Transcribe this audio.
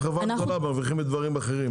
אתם חברה גדולה, מרוויחים מדברים אחרים.